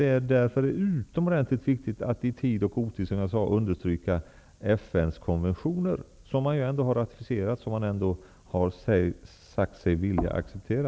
Det är därför utomordentligt viktigt att i tid och otid understryka FN:s konventioner, som man har ratificerat och sagt sig vilja acceptera.